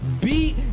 beat